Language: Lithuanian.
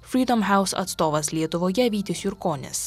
freedom house atstovas lietuvoje vytis jurkonis